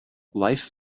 life